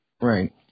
Right